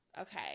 Okay